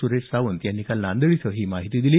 सुरेश सावंत यांनी काल नांदेड इथं ही माहिती दिली